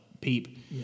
Peep